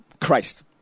christ